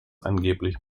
angeblich